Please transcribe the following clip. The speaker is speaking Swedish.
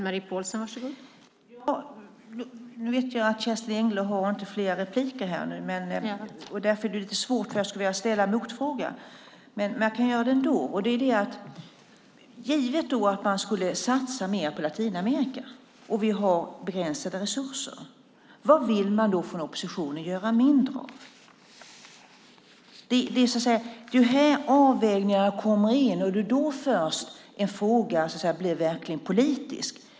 Fru talman! Jag tänker ställa en motfråga till Kerstin Engle även om jag vet att hon inte har fler repliker. Givet att man ska satsa mer på Latinamerika och att man har begränsade resurser, vad vill man då från oppositionen göra mindre av? Det är här avvägningarna kommer in, och det är först då frågan blir politisk.